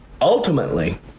ultimately